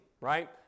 right